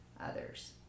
others